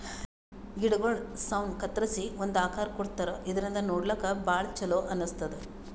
ಗಿಡಗೊಳ್ ಸೌನ್ ಕತ್ತರಿಸಿ ಒಂದ್ ಆಕಾರ್ ಕೊಡ್ತಾರಾ ಇದರಿಂದ ನೋಡ್ಲಾಕ್ಕ್ ಭಾಳ್ ಛಲೋ ಅನಸ್ತದ್